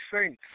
Saints